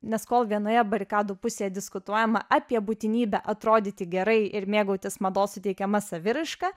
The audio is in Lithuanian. nes kol vienoje barikadų pusėje diskutuojama apie būtinybę atrodyti gerai ir mėgautis mados suteikiama saviraiška